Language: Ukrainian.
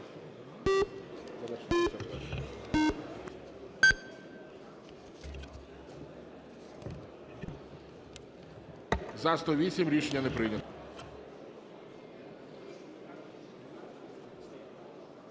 За-108 Рішення не прийнято.